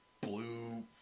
blue